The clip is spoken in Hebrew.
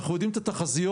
אנחנו יודעים את התחזיות,